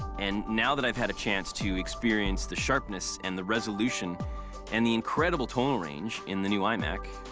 and now that i've had a chance to experience the sharpness and the resolution and the incredible tonal range in the new imac,